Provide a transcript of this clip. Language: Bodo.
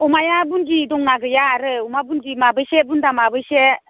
अमाया बुन्दि दना गैया आरो अमा बुन्दि माबेसे बुन्दा माबेसे